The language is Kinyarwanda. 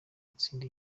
atsinda